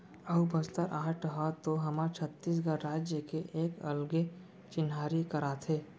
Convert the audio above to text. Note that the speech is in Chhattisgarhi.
अऊ बस्तर आर्ट ह तो हमर छत्तीसगढ़ राज के एक अलगे चिन्हारी कराथे